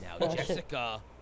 Jessica